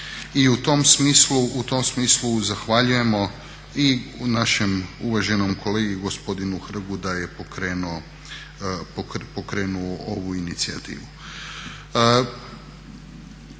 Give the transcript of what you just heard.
I u tom smislu zahvaljujemo i našem uvaženom kolegi gospodinu Hrgu da je pokrenuo ovu inicijativu.